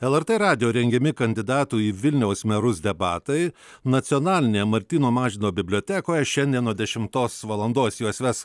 lrt radijo rengiami kandidatų į vilniaus merus debatai nacionalinėje martyno mažvydo bibliotekoje šiandien nuo dešimtos valandos juos ves